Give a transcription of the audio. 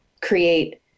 create